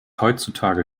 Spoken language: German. heutzutage